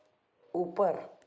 ऊपर